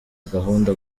gahunda